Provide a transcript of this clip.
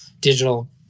digital